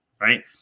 right